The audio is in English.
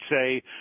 say